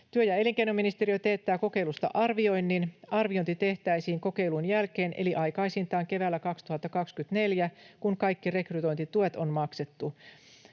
Työ‑ ja elinkeinoministeriö teettää kokeilusta arvioinnin. Arviointi tehtäisiin kokeilun jälkeen eli aikaisintaan keväällä 2024, kun kaikki rekrytointituet on maksettu.